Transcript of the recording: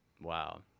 Wow